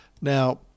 Now